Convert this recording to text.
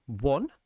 one